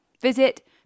Visit